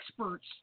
experts